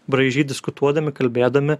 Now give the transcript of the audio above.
braižyt diskutuodami kalbėdami